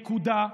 נקודה.